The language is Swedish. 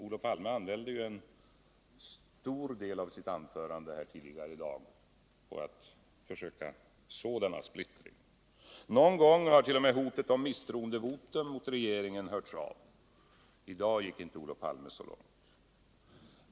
Olof Palme använde ju en stor del av sitt anförande tidigare i dag för att försöka utså denna splittring. Någon gång har t.o.m. hotet om misstroendevotum mot regeringen hörts av. I dag gick inte Olof Palme så långt.